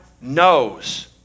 knows